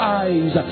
eyes